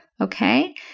Okay